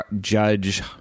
judge